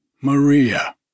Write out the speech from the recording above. Maria